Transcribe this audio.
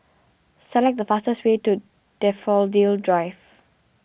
select the fastest way to Daffodil Drive